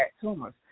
tumors